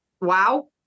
wow